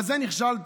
בזה נכשלת.